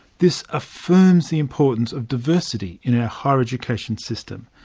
this affirms the importance of diversity in our higher education system.